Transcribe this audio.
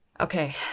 Okay